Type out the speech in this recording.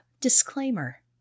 disclaimer